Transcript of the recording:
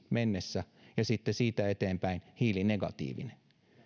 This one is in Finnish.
mennessä ja sitten siitä eteenpäin hiilinegatiivinen